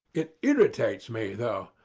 it irritates me though.